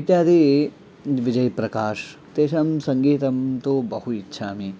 इत्यादयः विजय् प्रकाश् तेषां सङ्गीतं तु बहु इच्छामि